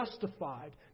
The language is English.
justified